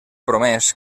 promès